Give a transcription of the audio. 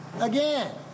Again